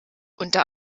unter